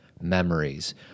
memories